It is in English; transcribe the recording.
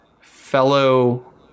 fellow